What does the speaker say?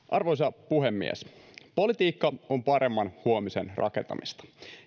arvoisa puhemies politiikka on paremman huomisen rakentamista